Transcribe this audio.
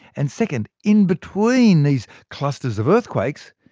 and second, in between these clusters of earthquakes,